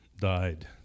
died